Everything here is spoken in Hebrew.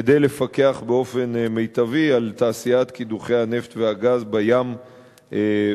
כדי לפקח באופן מיטבי על תעשיית קידוחי הנפט והגז בים וביבשה.